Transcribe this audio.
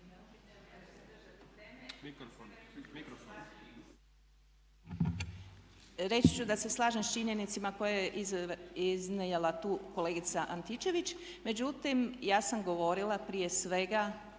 Reći ću da se slažem sa činjenicama koje je iznijela tu kolegica Antičević. Međutim, ja sam govorila prije svega